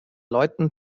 leuten